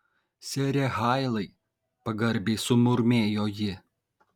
sere hailai pagarbiai sumurmėjo ji